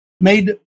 made